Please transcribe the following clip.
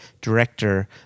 Director